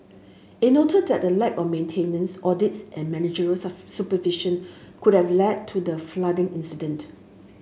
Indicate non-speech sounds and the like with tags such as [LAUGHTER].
it noted that a lack of maintenance audits and managerial [UNINTELLIGIBLE] supervision could have led to the flooding incident